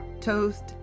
toast